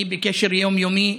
אני בקשר יום-יומי,